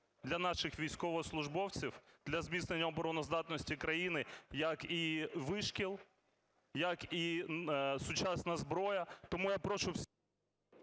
для наших військовослужбовців для зміцнення обороноздатності країни, як і вишкіл, як і сучасна зброя. Тому я прошу...